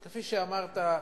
וכפי שאמרת,